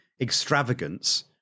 extravagance